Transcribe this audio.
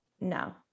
no